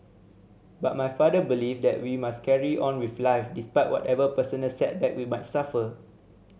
but my father believes that we must carry on with life despite whatever personal setback we might suffer